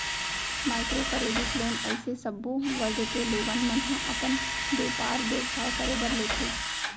micro credit loan अइसे सब्बो वर्ग के लोगन मन ह अपन बेपार बेवसाय करे बर लेथे